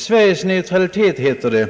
Sveriges neutralitet, heter det,